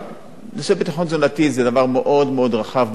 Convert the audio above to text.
ביטחון תזונתי, זה נושא מאוד מאוד רחב, מאוד גדול.